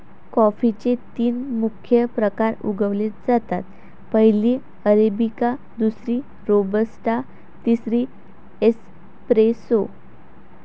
कॉफीचे तीन मुख्य प्रकार उगवले जातात, पहिली अरेबिका, दुसरी रोबस्टा, तिसरी एस्प्रेसो